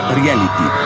reality